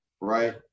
right